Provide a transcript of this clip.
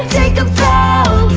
take a bow